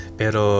pero